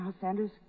Sanders